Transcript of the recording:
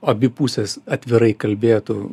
abi pusės atvirai kalbėtų